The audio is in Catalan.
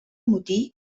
motí